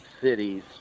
cities